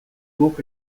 guk